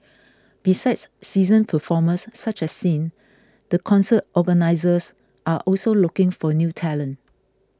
besides seasoned performers such as Sin the concert organisers are also looking for new talent